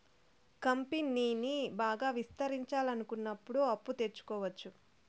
కంపెనీని బాగా విస్తరించాలనుకున్నప్పుడు అప్పు తెచ్చుకోవచ్చు